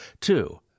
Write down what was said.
two